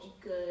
good